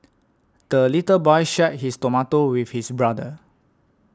the little boy shared his tomato with his brother